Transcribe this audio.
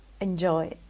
enjoy